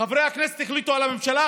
חברי הכנסת החליטו על הממשלה,